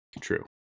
True